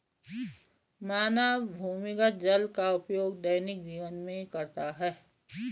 मानव भूमिगत जल का उपयोग दैनिक जीवन में करता है